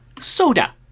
soda